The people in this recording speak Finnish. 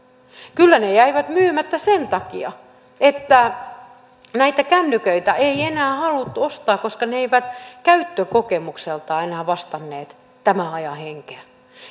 kyllä ne jäivät myymättä sen takia että näitä kännyköitä ei enää haluttu ostaa koska ne eivät käyttökokemukseltaan enää vastanneet tämän ajan henkeä